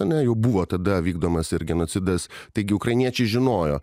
ane jau buvo tada vykdomas genocidas taigi ukrainiečiai žinojo